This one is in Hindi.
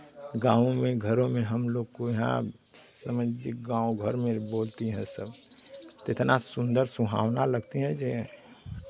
गाँवो में घरों में हमलोग को यहाँ समझ लीजिए गाँव घर में बोलती हैं सब कितना सुंदर सुहावना लगती हैं ये